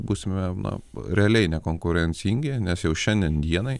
būsime na realiai nekonkurencingi nes jau šiandien dienai